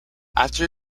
after